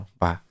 ba